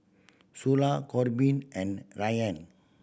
Sula Korbin and Ryann